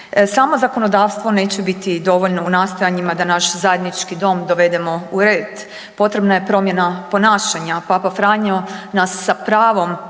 Samo zakonodavstvo neće biti dovoljno u nastojanjima da naš zajednički dom dovedemo u red, potrebna je promjena ponašanja. Papa Franjo nas sa pravom